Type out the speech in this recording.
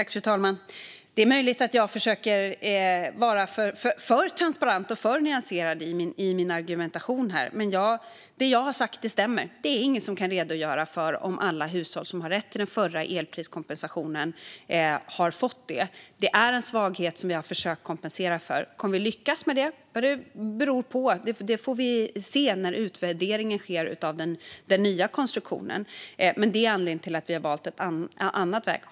Fru talman! Det är möjligt att jag försöker vara alltför transparent och nyanserad i min argumentation här, men det jag har sagt stämmer. Ingen kan redogöra för om alla hushåll som har rätt till den förra elpriskompensationen har fått den. Det är en svaghet som jag försöker kompensera för. Kommer det att lyckas? Det beror på. Det får vi se när utvärderingen sker av den nya konstruktionen, men det är anledningen till att regeringen har valt en annan väg.